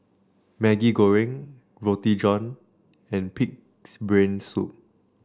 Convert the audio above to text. Maggi Goreng Roti John and pig's brain soup